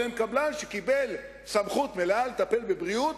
אבל הן קבלן שקיבל סמכות מלאה לטפל בבריאות,